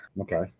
okay